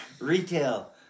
retail